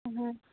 ہوں